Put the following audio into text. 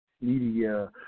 media